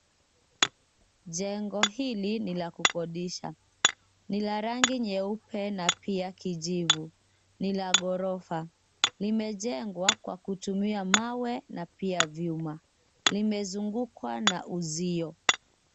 Jengo hili ni la kukodisha. Ni la rangi nyeupe na pia kijivu. Ni la ghorofa, limejengwa kwa kutumia mawe na pia vyuma. Limezungukwa na uzio.